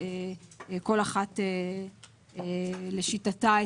כל אחת לשיטתה,